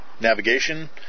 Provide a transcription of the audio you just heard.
Navigation